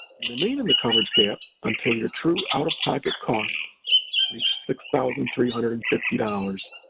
you remain in the coverage gap until your true out of pocket costs reach six thousand three hundred and fifty dollars.